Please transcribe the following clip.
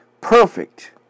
perfect